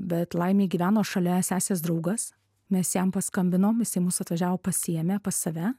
bet laimei gyveno šalia sesės draugas mes jam paskambinom jisai mus atvažiavo pasiėmė pas save